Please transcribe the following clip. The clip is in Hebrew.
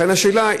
לכן השאלה,